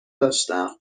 داشتم